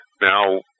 Now